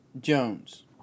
Jones